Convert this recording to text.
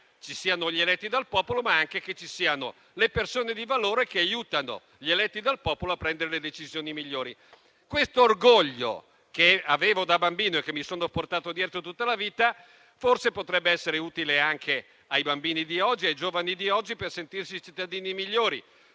ci siano gli eletti dal popolo, ma anche che ci siano le persone di valore che aiutano gli eletti dal popolo a prendere le decisioni migliori. Questo orgoglio che avevo da bambino, e che mi sono portato dietro tutta la vita, forse potrebbe essere utile anche ai bambini di oggi, ai giovani di oggi, per sentirsi cittadini migliori.